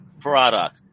product